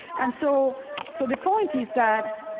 and so so the point is that